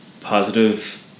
positive